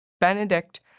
Benedict